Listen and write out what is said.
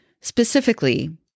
Specifically